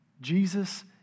Jesus